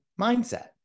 mindset